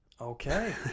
Okay